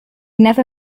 never